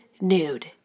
nude